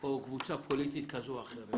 או קבוצה פוליטית כזו או אחרת,